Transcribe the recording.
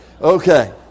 Okay